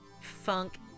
funk